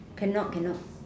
cannot cannot